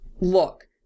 Look